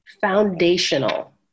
foundational